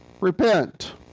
repent